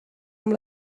amb